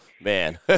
Man